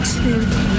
two